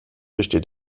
besteht